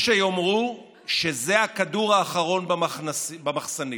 יש שיאמרו שזה הכדור האחרון במחסנית,